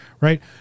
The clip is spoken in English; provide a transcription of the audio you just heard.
right